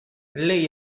lei